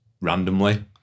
randomly